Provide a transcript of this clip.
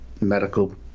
medical